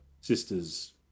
sisters